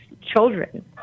children